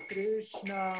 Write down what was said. Krishna